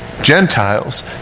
Gentiles